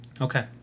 Okay